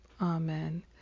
Amen